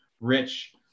rich